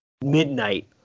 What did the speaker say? midnight